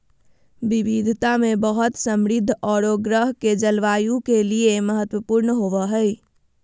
विविधता में बहुत समृद्ध औरो ग्रह के जलवायु के लिए महत्वपूर्ण होबो हइ